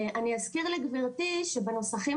אני אזכיר לגברתי יושבת הראש שבנוסחים